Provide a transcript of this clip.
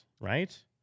right